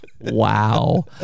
Wow